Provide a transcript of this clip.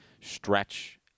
stretch